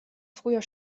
früher